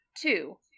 Two